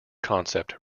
concept